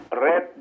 red